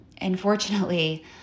unfortunately